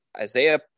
Isaiah